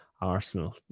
Arsenal